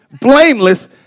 blameless